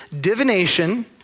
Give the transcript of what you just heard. divination